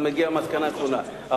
אתה מגיע למסקנה הנכונה.